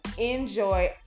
enjoy